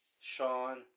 Sean